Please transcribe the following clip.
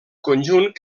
conjunt